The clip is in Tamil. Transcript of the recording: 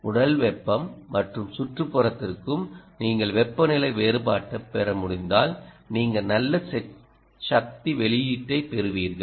உடல் வெப்பம் மற்றும் சுற்றுப்புறத்திற்கும் நீங்கள் வெப்பநிலை வேறுபாட்டைப் பெற முடிந்தால் நீங்கள் நல்ல சக்தி வெளியீட்டைப் பெறுவீர்கள்